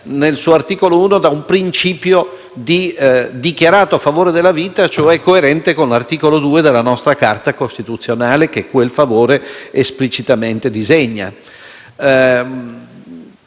nel suo articolo 1, da un principio di dichiarato favore per la vita, coerente con l'articolo 2 della nostra Carta costituzionale, che quel favore esplicitamente disegna.